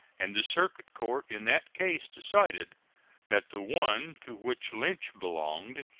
and the circuit court in that case decided that the one to which lynch belonged,